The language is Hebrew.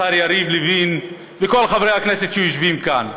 השר יריב לוין וכל חברי הכנסת שיושבים כאן,